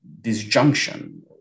disjunction